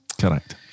Correct